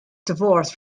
divorce